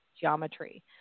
geometry